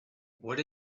what